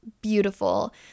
beautiful